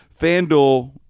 FanDuel